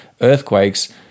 earthquakes